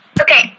Okay